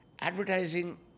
advertising